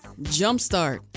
Jumpstart